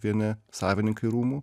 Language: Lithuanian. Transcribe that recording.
vieni savininkai rūmų